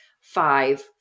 five